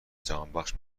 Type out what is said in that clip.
جهانبخش